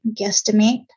guesstimate